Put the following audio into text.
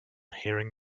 hearing